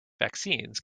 vaccines